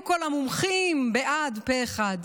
מילא היו כל המומחים בעד פה אחד.